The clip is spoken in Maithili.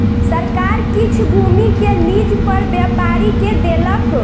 सरकार किछ भूमि के लीज पर व्यापारी के देलक